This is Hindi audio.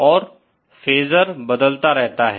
और फेसर बदलता रहता है